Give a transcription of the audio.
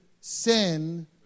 sin